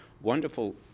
wonderful